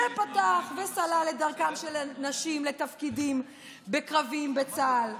שפתח וסלל את דרכן של נשים לתפקידים קרביים בצה"ל,